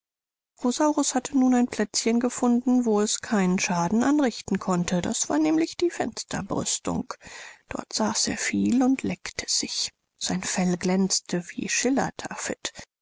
hatte nun ein plätzchen gefunden wo es keinen schaden anrichten konnte das war nämlich die fensterbrüstung dort saß er viel und leckte sich sein fell glänzte wie schillertaffet